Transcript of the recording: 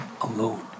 alone